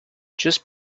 just